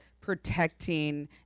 protecting